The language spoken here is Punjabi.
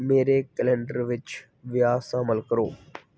ਮੇਰੇ ਕੈਲੰਡਰ ਵਿੱਚ ਵਿਆਹ ਸ਼ਾਮਲ ਕਰੋ